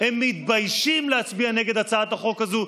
הם מתביישים להצביע נגד הצעת החוק הזאת,